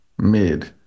mid